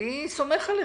אני סומך עליכם.